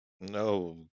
No